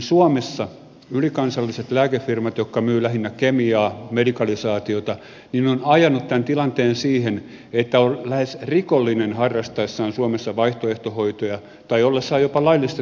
suomessa ylikansalliset lääkefirmat jotka myyvät lähinnä kemiaa medikalisaatiota ovat ajaneet tämän tilanteen siihen että on lähes rikollinen kun harrastaa suomessa vaihtoehtohoitoja tai on jopa laillistettu psykologi